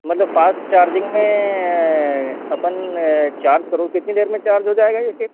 मतलब fast charging में अपन चार्ज करो कितनी देर में चार्ज हो जाएगा इससे